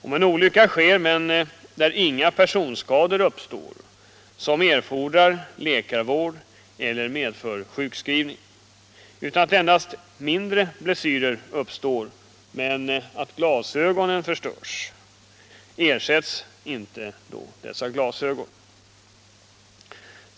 Om endast mindre blessyrer uppstår, som ej erfordrar läkarvård eller sjukskrivning, ersätts inte förstörda glasögon.